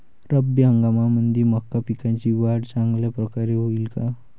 रब्बी हंगामामंदी मका पिकाची वाढ चांगल्या परकारे होईन का?